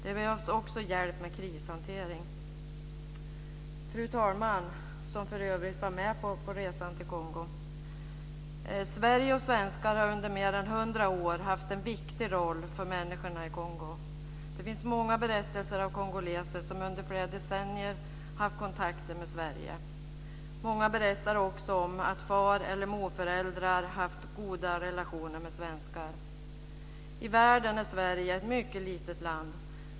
Det behövs också hjälp med krishantering. Fru talman! Fru talmannen var för övrigt med på resan till Kongo. Sverige och svenskar har under mer än hundra år spelat en viktig roll för människorna i Kongo. Det finns många berättelser av kongoleser som under flera decennier haft kontakter med Sverige. Många berättar också att far eller morföräldrar haft goda relationer med svenskar. I världen är Sverige ett mycket litet land.